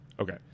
Okay